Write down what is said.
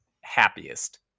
happiest